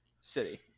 City